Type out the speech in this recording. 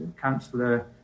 Councillor